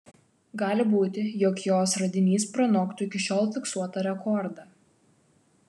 gali būti jog jos radinys pranoktų iki šiol fiksuotą rekordą